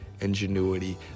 ingenuity